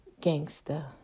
gangster